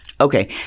Okay